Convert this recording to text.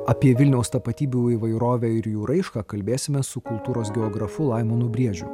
apie vilniaus tapatybių įvairovę ir jų raišką kalbėsime su kultūros geografu laimonu briedžiu